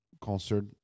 concert